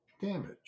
damage